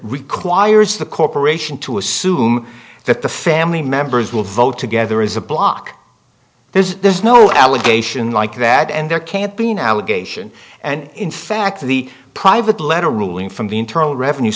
requires the corporation to assume that the family members will vote together is a bloc there's no allegation like that and there can't be an allegation and in fact the private letter ruling from the internal revenue